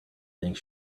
think